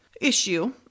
issue